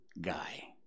guy